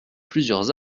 plusieurs